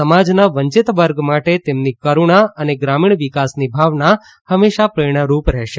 સમાજના વંચિત વર્ગ માટે તેમની કરૂણા અને ગ્રામીણ વિકાસની ભાવના હમેશાં પ્રેરણારૂપ રહેશે